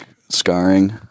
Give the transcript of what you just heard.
scarring